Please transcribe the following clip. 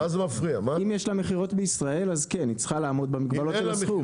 היא צריכה לעמוד במגבלה של הסכום.